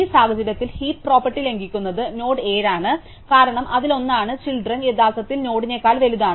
ഈ സാഹചര്യത്തിൽ heap property ലംഘിക്കുന്ന നോഡ് 7 ആണ് കാരണം അതിലൊന്നാണ് ചിൽഡ്രൻ യഥാർത്ഥത്തിൽ നോഡിനേക്കാൾ വലുതാണ്